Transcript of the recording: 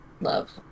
love